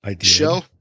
show